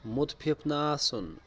مُتفِف نہٕ آسُن